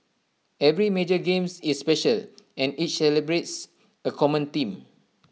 every major games is special and each celebrates A common theme